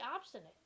obstinate